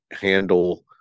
handle